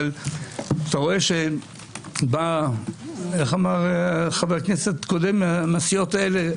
אבל אתה רואה איך אמר חבר הכנסת הקודם מהסיעות האלה?